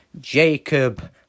Jacob